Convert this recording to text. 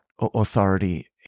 authority